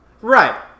Right